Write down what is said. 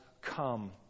come